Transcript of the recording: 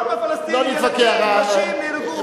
כמה פלסטינים ילדים ונשים נהרגו?